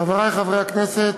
חברי חברי הכנסת,